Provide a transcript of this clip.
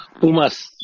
Pumas